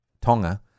Tonga